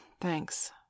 Thanks